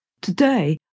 Today